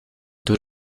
door